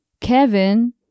Kevin